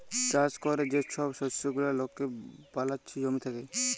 চাষ ক্যরে যে ছব শস্য গুলা লকে বালাচ্ছে জমি থ্যাকে